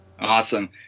Awesome